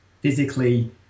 physically